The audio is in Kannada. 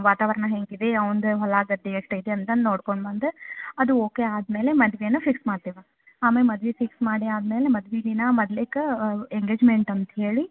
ವಾತಾವರಣ ಹೆಂಗಿದೆ ಅವ್ನ್ದು ಹೊಲ ಗದ್ದೆ ಎಷ್ಟು ಐತೆ ಅಂತ ನೊಡ್ಕೊಂಡ್ ಬಂದು ಅದು ಓಕೆ ಆದಮೇಲೆ ಮದುವೇನ ಫಿಕ್ಸ್ ಮಾಡ್ತೀವಿ ಆಮೇಲೆ ಮದುವೆ ಫಿಕ್ಸ್ ಮಾಡಿ ಆದಮೇಲೆ ಮದ್ವೆ ದಿನ ಮೊದ್ಲೇಕ ಎಂಗೇಜ್ಮೆಂಟ್ ಅಂತ ಹೇಳಿ